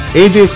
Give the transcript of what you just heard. aj